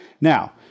now